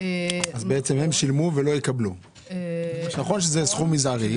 אז בעצם הם שילמו ולא יקבלו, נכון שזה סכום מזערי.